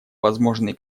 возможные